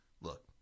look